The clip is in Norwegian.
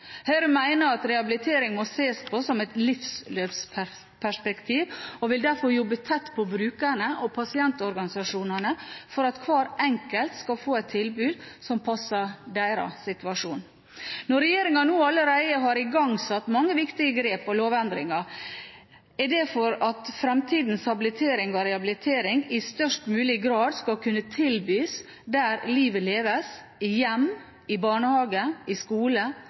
Høyre mener at rehabilitering må ses på i et livsløpsperspektiv og vil derfor jobbe tett på brukerne og pasientorganisasjonene for at hver enkelt skal få et tilbud som passer deres situasjon. Når regjeringen nå allerede har igangsatt mange viktige grep og lovendringer, er det for at fremtidens habilitering og rehabilitering i størst mulig grad skal kunne tilbys der livet leves – i hjem, i barnehage, i skole,